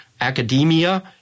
academia